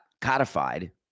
codified